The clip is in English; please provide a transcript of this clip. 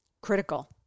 Critical